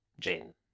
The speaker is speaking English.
jane